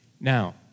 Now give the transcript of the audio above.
Now